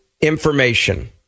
information